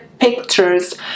pictures